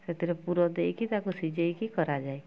ସେଥିରେ ପୁର ଦେଇକି ତାକୁ ସିଝେଇକି କରାଯାଏ